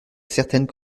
certaines